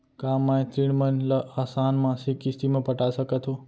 का मैं ऋण मन ल आसान मासिक किस्ती म पटा सकत हो?